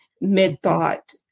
mid-thought